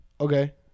okay